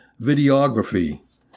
videography